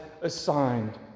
assigned